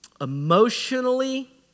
emotionally